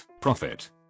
Profit